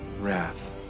Wrath